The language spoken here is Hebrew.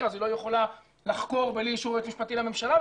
אז היא לא יכולה לחקור בלי אישור היועץ המשפטי לממשלה,